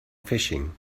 fishing